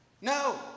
No